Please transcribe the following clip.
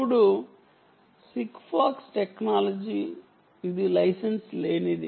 ఇప్పుడు Sigfox technology ఇది licence లేనిది